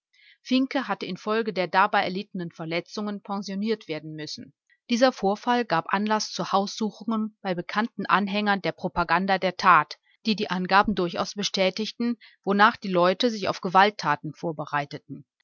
finke hat infolge der dabei erlittenen verletzung pensioniert werden müssen dieser vorfall gab anlaß zu haussuchungen bei bekannten anhängern der propaganda der tat die die angaben durchaus bestätigten wonach die leute sich auf gewalttaten vorbereiteten